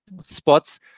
spots